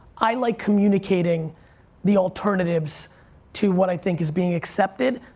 i like communicating the alternatives to what i think is being accepted,